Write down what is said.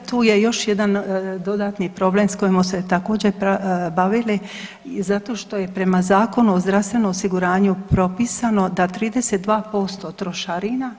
Da, tu je još jedan dodatni problem sa kojim smo se također bavili, zato što je prema Zakonu o zdravstvenom osiguranju propisano da 32% trošarina,